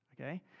okay